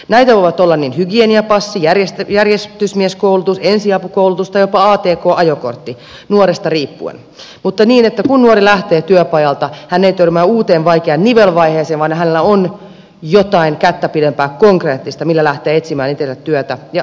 näitä voivat olla hygieniapassi järjestysmieskoulutus ensiapukoulutus tai jopa atk ajokortti nuoresta riippuen mutta niin että kun nuori lähtee työpajalta hän ei törmää uuteen vaikeaan nivelvaiheeseen vaan hänellä on jotain kättä pidempää konkreettista millä lähteä etsimään itselle työtä ja rakentamaan sitä omaa elämää